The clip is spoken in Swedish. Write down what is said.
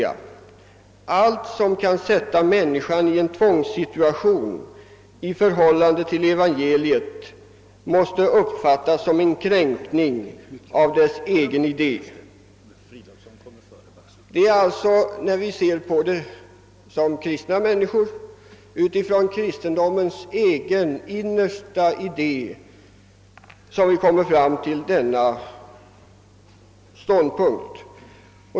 Allt som kan sätta människan i en tvångssituation i förhållande till evangeliet måste uppfattas som en kränkning av dess egen idé.» Det är alltså när vi ser på frågan som kristna människor, utifrån kristendomens innersta idé, som vi når fram till denna ståndpunkt.